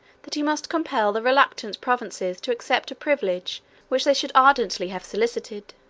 that he must compel the reluctant provinces to accept a privilege which they should ardently have solicited.